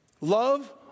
Love